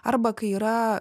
arba kai yra